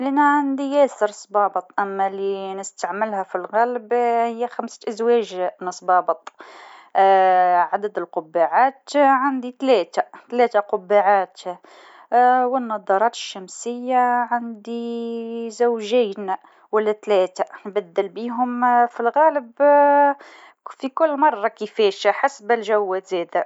نعمل عادةً حوالي خمسين ساعة في الأسبوع. بالنسبة للإجازات، نحب ناخذ حوالي عشرة أيام في السنة. الشغل مهم، لكن من الضروري نرتاح ونعيد شحن طاقتنا.